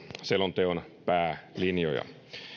selonteon päälinjoja